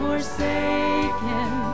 forsaken